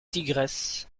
tigresse